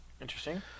Interesting